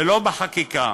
ולא בחקיקה,